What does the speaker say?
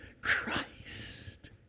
Christ